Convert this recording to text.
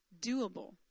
doable